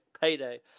payday